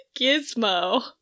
Gizmo